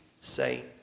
say